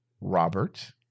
Robert